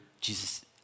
Jesus